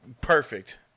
Perfect